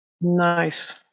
nice